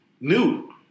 new